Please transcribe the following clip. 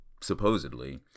supposedly